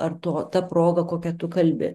ar to ta proga kokia tu kalbi